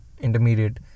intermediate